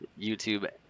YouTube